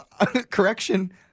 correction